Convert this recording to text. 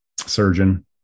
Surgeon